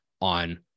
on